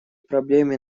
проблеме